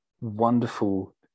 wonderful